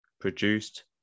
produced